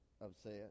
upset